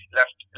left